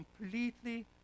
completely